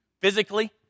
physically